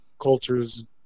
cultures